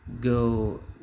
go